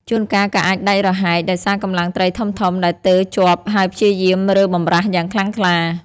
ជួនកាលក៏អាចដាច់រហែកដោយសារកម្លាំងត្រីធំៗ ដែលទើរជាប់ហើយព្យាយាមរើបម្រាស់យ៉ាងខ្លាំងក្លា។